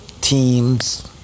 Teams